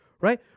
right